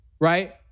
right